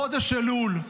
חודש אלול,